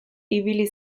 ibili